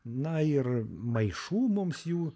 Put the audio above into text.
na ir maišų mums jų